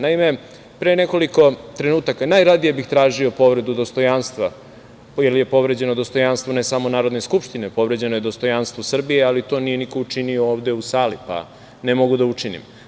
Naime, pre nekoliko trenutaka, najradije bi tražio povredu dostojansva, jer je povređeno dostojanstvo, ne samo Narodne skupštine, povređeno je dostojanstvo Srbije, ali to nije niko učinio ovde u sali, pa ne mogu da učinim.